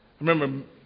Remember